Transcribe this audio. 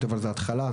לנוער,